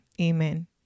amen